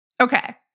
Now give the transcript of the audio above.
Okay